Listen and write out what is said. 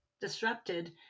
disrupted